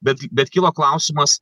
bet bet kilo klausimas